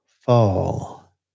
fall